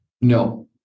No